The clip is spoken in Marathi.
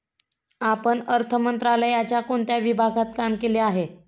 आपण अर्थ मंत्रालयाच्या कोणत्या विभागात काम केले आहे?